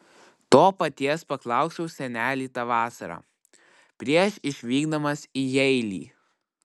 to paties paklausiau senelį tą vasarą prieš išvykdamas į jeilį